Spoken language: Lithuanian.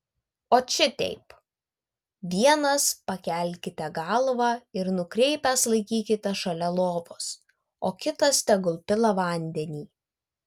ot šiteip vienas pakelkite galvą ir nukreipęs laikykite šalia lovos o kitas tegul pila vandenį